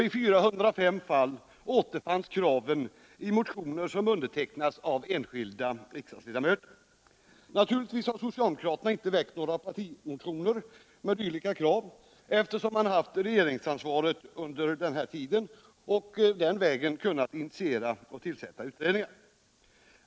I 405 fall återfanns kraven i motioner som undertecknats av enskilda riksdagsledamöter. Naturligtvis har socialdemokraterna inte väckt några partimotioner med dylika krav, eftersom de har haft regeringsansvaret och den vägen kunnat initiera och tillsätta utredningar.